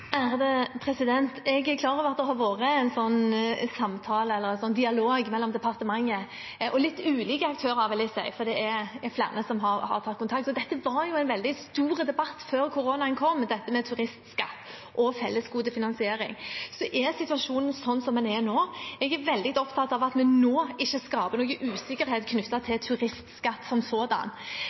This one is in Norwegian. Jeg er klar over at det har vært en samtale eller dialog mellom departementet og litt ulike aktører, vil jeg si, for det er flere som har tatt kontakt. Dette var en veldig stor debatt før koronaen kom, det som gjelder turistskatt og fellesgodefinansiering. Så er situasjonen sånn som den er nå. Jeg er veldig opptatt av at vi nå ikke skaper noen usikkerhet knyttet til turistskatt som sådan.